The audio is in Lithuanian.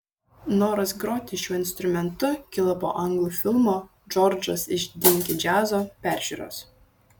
noras groti šiuo instrumentu kilo po anglų filmo džordžas iš dinki džiazo peržiūros